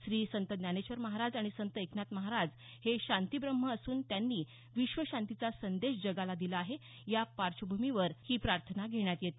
श्री संत ज्ञानेश्वर महाराज आणि संत एकनाथ महाराज हे शांतीब्रंम्ह असून त्यांनी विश्व शांतीचा संदेश जगाला दिलेला आहे या पार्श्वभूमीवर ही प्रार्थना घेण्यात येते